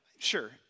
Sure